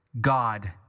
God